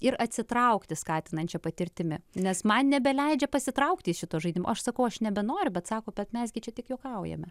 ir atsitraukti skatinančia patirtimi nes man nebeleidžia pasitraukti iš šito žaidimo aš sakau aš nebenoriu bet sako kad mes gi čia tik juokaujame